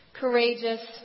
courageous